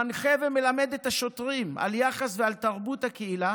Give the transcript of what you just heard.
מנחה ומלמד את השוטרים על יחס ועל תרבות הקהילה